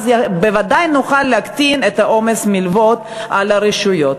ואז בוודאי נוכל להקטין את עומס המלוות על הרשויות.